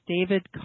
David